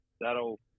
That'll